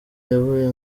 yavuye